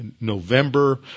November